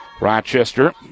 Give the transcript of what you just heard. Rochester